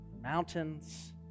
mountains